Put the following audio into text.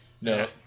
No